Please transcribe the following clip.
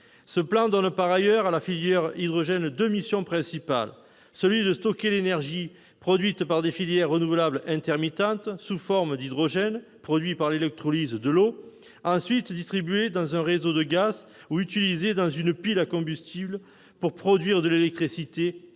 Ce plan donne, par ailleurs, à la filière hydrogène deux missions principales : tout d'abord, stocker l'électricité produite par des filières renouvelables intermittentes sous forme d'hydrogène produit par électrolyse de l'eau, ensuite, distribué dans un réseau de gaz ou utilisé dans une pile à combustible pour produire de l'électricité, ensuite,